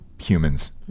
humans